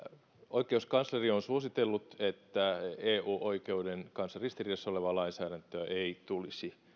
oikeuskansleri on suositellut että eu oikeuden kanssa ristiriidassa olevaa lainsäädäntöä ei tulisi